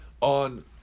on